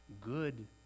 good